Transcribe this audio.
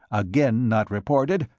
again not reported,